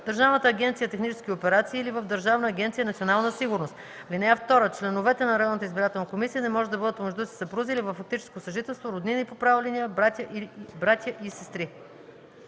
Държавната агенция „Технически операции” или в Държавна агенция „Национална сигурност“. (2) Членовете на районната избирателна комисия не може да бъдат помежду си съпрузи или във фактическо съжителство, роднини по права линия, братя и сестри.”